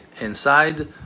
inside